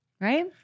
right